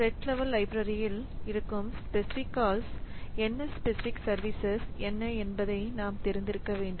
thread level libraries இருக்கும் specific கால்ஸ்specific calls என்ன ஸ்பெசிபிக் சர்வீசஸ் என்ன என்பதை நாம் நாம் தெரிந்திருக்க வேண்டும்